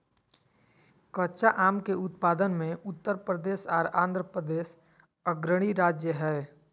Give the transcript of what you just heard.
कच्चा आम के उत्पादन मे उत्तर प्रदेश आर आंध्रप्रदेश अग्रणी राज्य हय